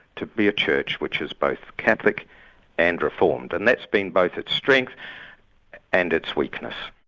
to be a church which is both catholic and reformed. and that's been both its strength and its weakness.